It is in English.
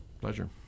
Pleasure